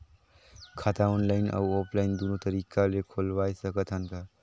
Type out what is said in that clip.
खाता ऑनलाइन अउ ऑफलाइन दुनो तरीका ले खोलवाय सकत हन का?